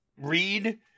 read